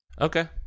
Okay